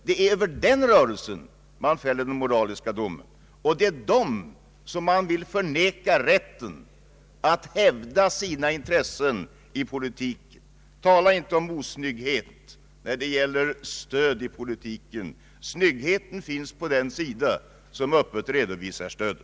Det är denna rörelse som man vill förneka rätten att hävda sina intressen i politiken. Tala inte om osnygghet när det gäller stöd i politiken. Snyggheten finns på den sidan som öppet redovisar stödet.